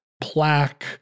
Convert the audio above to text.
plaque